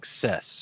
success